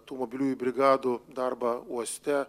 tų mobiliųjų brigadų darbą uoste